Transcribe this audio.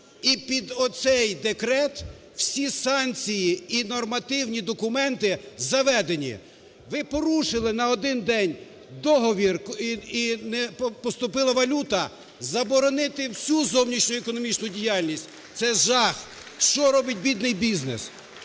І під оцей декрет всі санкції і нормативні документи заведені. Ви порушили на один день договір і не поступила валюта – заборонити всю зовнішньоекономічну діяльність! Це жах. Що робить бідний бізнес?